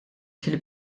fil